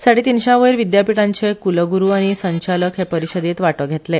साडे तीनश्या वयर विदयापीठांचे कुलगुरु आनी संचालक हे परिशदेत वांटो घेतले